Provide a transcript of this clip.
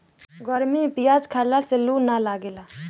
गरमी में पियाज खइला से लू ना लागेला